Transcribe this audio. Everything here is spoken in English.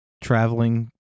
traveling